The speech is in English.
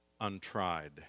untried